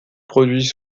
produits